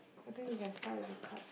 I think we can start with the card